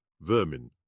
vermin